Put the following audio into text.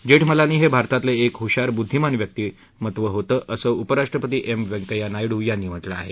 जेठमलानी हे भारतातले एक हुशार बुद्धीमान व्यक्ती होते असं उपराष्ट्रपतीएम व्यंकय्या नायडू यांनी म्हटलं आहे